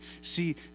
See